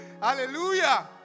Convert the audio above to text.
Hallelujah